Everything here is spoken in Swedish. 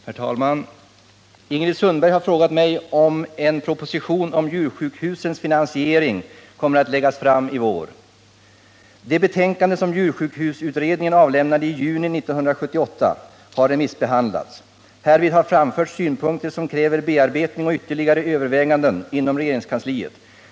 Herr talman! Ingrid Sundberg har frågat mig om en proposition om djursjukhusens finansiering kommer att läggas fram i vår. remissbehandlats. Härvid har framförts synpunkter som kräver bearbetning Nr 96 och ytterligare överväganden inom regeringskansliet.